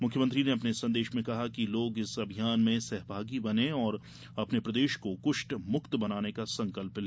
मुख्यमंत्री ने अपने संदेश में कहा है कि लोग इस अभियान में सहभागी बने और अपने प्रदेश को कृष्ठ मुक्त बनाने का संकल्प ले